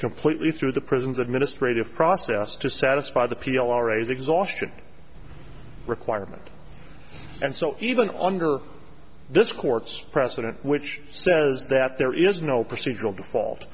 completely through the prison's administrative process to satisfy the p l o raise exhaustion requirement and so even under this court's precedent which says that there is no procedural default